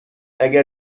اگر